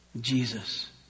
Jesus